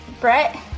Brett